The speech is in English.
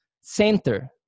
center